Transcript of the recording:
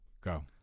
Go